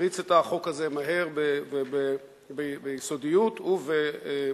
שהריץ את החוק הזה מהר וביסודיות, ובמהירות.